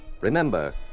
Remember